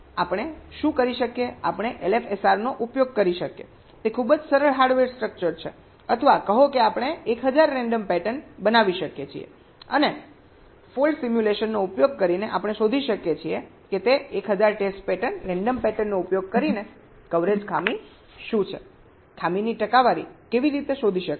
તેથી આપણે શું કરી શકીએ આપણે LFSR નો ઉપયોગ કરી શકીએ તે ખૂબ જ સરળ હાર્ડવેર સ્ટ્રક્ચર છે અથવા કહો કે આપણે 1000 રેન્ડમ પેટર્ન બનાવી શકીએ છીએ અને ફોલ્ટ સિમ્યુલેશનનો ઉપયોગ કરીને આપણે શોધી શકીએ છીએ કે તે 1000 ટેસ્ટ પેટર્ન રેન્ડમ પેટર્નનો ઉપયોગ કરીને કવરેજ ખામી શું છે ખામીની ટકાવારી કેવી રીતે શોધી શકાય